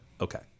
okay